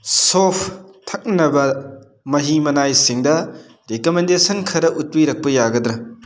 shop ꯊꯛꯅꯕ ꯃꯍꯤ ꯃꯅꯥꯏꯁꯤꯡꯗ ꯔꯤꯀꯃꯦꯟꯗꯦꯁꯟ ꯈꯔ ꯎꯠꯄꯤꯔꯛꯄ ꯌꯥꯒꯗ꯭ꯔꯥ